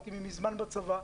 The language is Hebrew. הייתי מזמן בצבא.